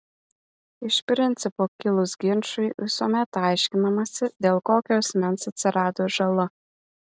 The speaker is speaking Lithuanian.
iš principo kilus ginčui visuomet aiškinamasi dėl kokio asmens atsirado žala